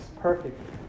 perfect